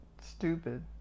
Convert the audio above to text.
Stupid